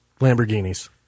lamborghinis